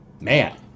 man